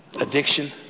addiction